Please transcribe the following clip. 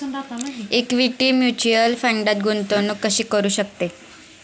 Equity mutual फंडात गुंतवणूक कशी करू शकतो?